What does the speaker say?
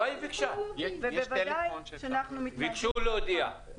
ביקשו להודיע.